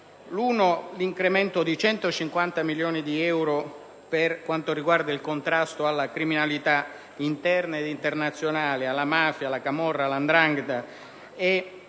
all'incremento di 150 milioni di euro per il contrasto alla criminalità interna ed internazionale, alla mafia, alla camorra, alla 'ndrangheta